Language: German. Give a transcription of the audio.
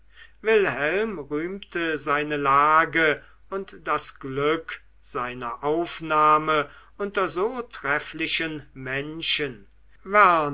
wilhelm rühmte seine lage und das glück seiner aufnahme unter so trefflichen menschen